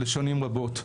לשנים רבות.